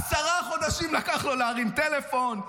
עשרה חודשים לקח לו להרים טלפון,